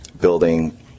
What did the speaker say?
building